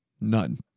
None